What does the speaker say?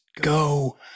go